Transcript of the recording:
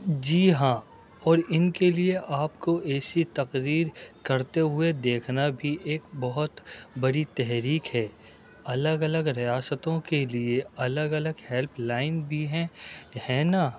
جی ہاں اور ان کے لیے آپ کو ایسی تقریر کرتے ہوئے دیکھنا بھی ایک بہت بڑی تحریک ہے الگ الگ ریاستوں کے لیے الگ الگ ہیلپ لائن بھی ہیں ہے ناں